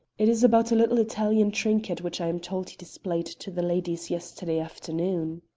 it is about a little italian trinket which i am told he displayed to the ladies yesterday afternoon.